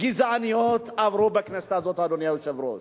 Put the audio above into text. גזעניות עברו בכנסת הזאת, אדוני היושב-ראש?